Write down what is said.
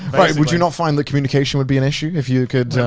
right, would you not find the communication would be an issue if you could?